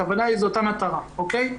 הכוונה היא זו אותה מטרה, אוקיי?